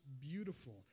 beautiful